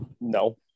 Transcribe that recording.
No